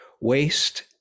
waste